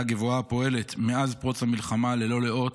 גבוהה פועלת מאז פרוץ המלחמה ללא לאות,